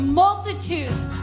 multitudes